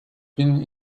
been